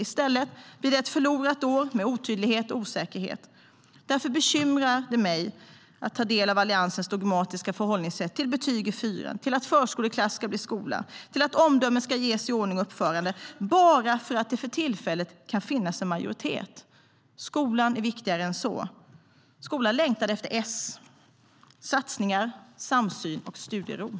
I stället blir det ett förlorat år med otydlighet och osäkerhet. Skolan är viktigare än så. Skolan längtar efter S - satsningar, samsyn och studiero.